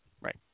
right